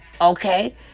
Okay